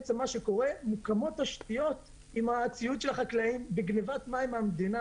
מוקמות תשתיות עם הציוד של החקלאים בגניבת מים מהמדינה.